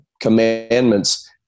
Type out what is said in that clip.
commandments